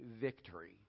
victory